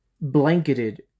blanketed